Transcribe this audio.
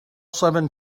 seven